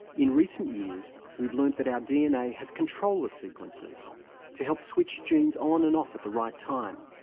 in recent years, we've learned that our dna has controller sequences to help switch genes on and off at the right time.